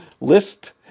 list